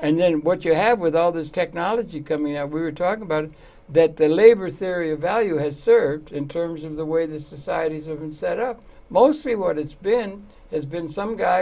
and then what you have with all this technology coming out we were talking about that the labor theory of value has served in terms of the way the societies have been set up mostly what it's been as been some guy